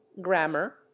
grammar